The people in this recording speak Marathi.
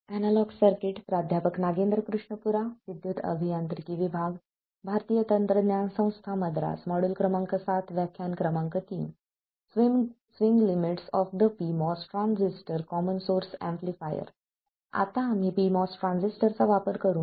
आता आम्ही pMOS ट्रान्झिस्टरचा वापर करून एक कॉमन सोर्स एम्पलीफायर तयार करू